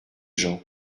gens